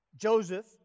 Joseph